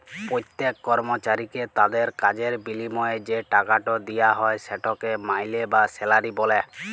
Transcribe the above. প্যত্তেক কর্মচারীকে তাদের কাজের বিলিময়ে যে টাকাট দিয়া হ্যয় সেটকে মাইলে বা স্যালারি ব্যলে